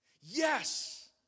Yes